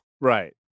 Right